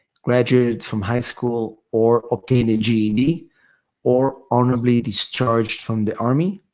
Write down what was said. graduated from high school or obtained a ged or honorably discharged from the army.